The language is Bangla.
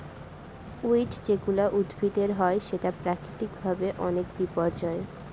উইড যেগুলা উদ্ভিদের হয় সেটা প্রাকৃতিক ভাবে অনেক বিপর্যই